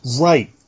Right